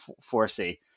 foresee